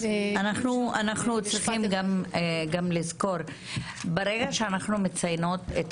אנחנו גם צריכים לזכור שברגע שאנחנו מציינות את